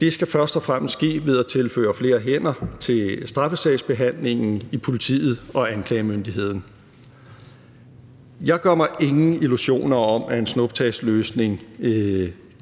Det skal først og fremmest ske ved at tilføre flere hænder til straffesagsbehandlingen i politiet og anklagemyndigheden. Jeg gør mig ingen illusioner om, at en snuptagsløsning